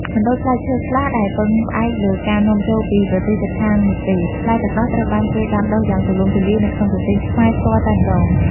មិនដូចផ្លែឈើខ្លះដែលពឹងផ្អែកលើការនាំចូលពីប្រទេសជិតខាងនោះទេ ផ្លែទឹកដោះត្រូវបានគេដាំដុះយ៉ាងទូលំទូលាយនៅក្នុងប្រទេសខ្មែរផ្ទាល់តែម្តង។